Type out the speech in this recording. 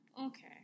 Okay